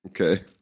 okay